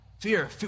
Fear